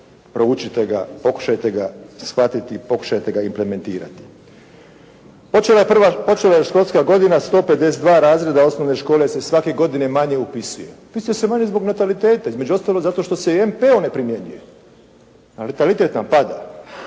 proučite ga, pokušajte ga shvatiti i pokušajte ga implementirati. Počela je školska godina 152 razreda osnovne škole se svake godine manje upisuje. Upisuje se manje zbog nataliteta, između ostaloga zato što se i MPO ne primjenjuje a natalitet nam pada.